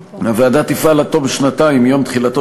הוועדה תפעל עד תום שנתיים מיום תחילתו